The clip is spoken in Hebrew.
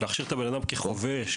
להכשיר את האדם כחובש,